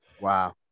wow